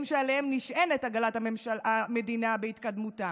שעליהם נשענת עגלת המדינה בהתקדמותה.